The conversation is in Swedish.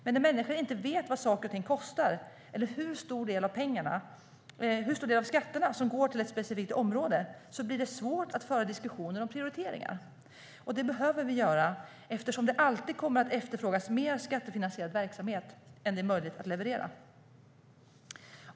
Men när människor inte vet vad saker och ting kostar eller hur stor del av skatterna som går till ett specifikt område blir det svårt att föra diskussioner om prioriteringar. Och det behöver vi göra eftersom det alltid kommer att efterfrågas mer skattefinansierad verksamhet än vad som är möjligt att leverera.